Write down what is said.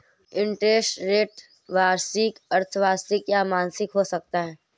interest rate वार्षिक, अर्द्धवार्षिक या मासिक हो सकता है